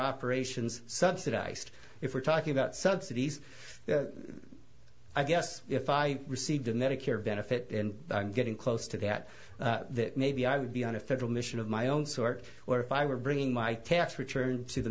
operations subsidized if we're talking about subsidies i guess if i received a medicare benefit in getting close to that that maybe i would be on a federal mission of my own sort or if i were bringing my tax return to the